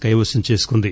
కైవశం చేసుకుంది